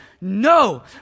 No